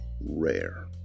rare